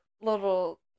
little